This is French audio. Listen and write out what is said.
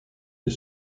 est